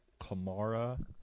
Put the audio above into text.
Kamara